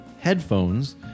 headphones